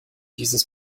dieses